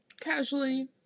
casually